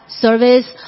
service